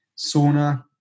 sauna